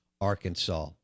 Arkansas